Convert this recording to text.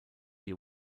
you